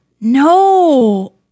No